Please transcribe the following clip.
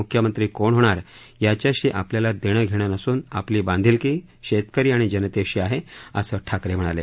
मुख्यमंत्री कोण होणार याच्याशी आपल्याला देणंघेणं नसून आपली बांधिलकी शेतकरी आणि जनतेशी आहे असं ठाकरे म्हणाले